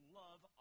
love